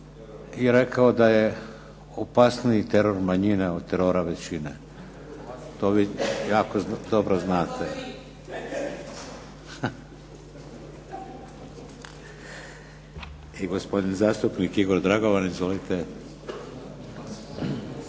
je rekao da je opasniji teror manjine od terora većine, to vi jako dobro znate. I gospodin zastupnik Igor Dragovan.